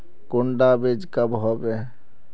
कुंडा बीज कब होबे?